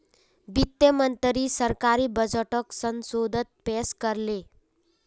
वित्त मंत्री सरकारी बजटोक संसदोत पेश कर ले